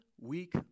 week